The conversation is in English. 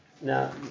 Now